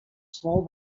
small